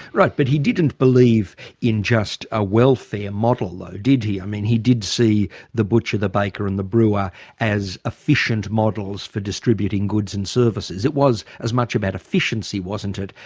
right. but he didn't believe in just a welfare model though ah did he? i mean, he did see the butcher, the baker and the brewer as efficient models for distributing goods and services. it was as much about efficiency wasn't it,